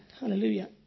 Hallelujah